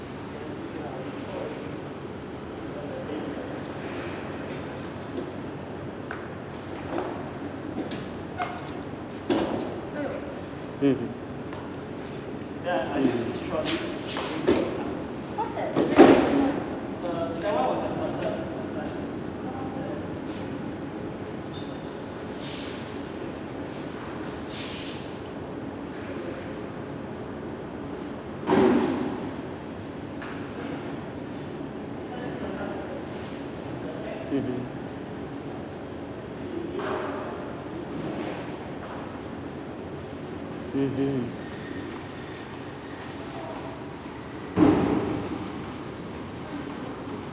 mmhmm mmhmm mmhmm